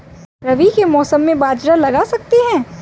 रवि के मौसम में बाजरा लगा सकते हैं?